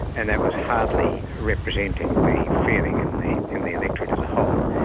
and that was hardly representing the feeling in the in the electorate as a whole.